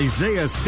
Isaiah